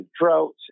droughts